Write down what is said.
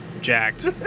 jacked